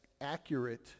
accurate